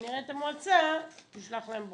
כשנראה את המועצה תשלח להם ברכות.